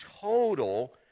total